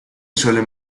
suelen